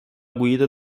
guido